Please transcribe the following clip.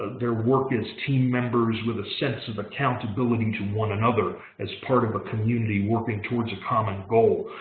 their work as team members with a sense of accountability to one another as part of a community working towards a common goal.